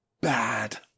bad